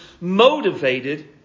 motivated